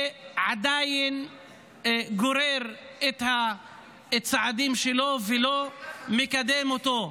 ועדיין גורר את הצעדים שלו ולא מקדם אותו,